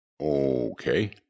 okay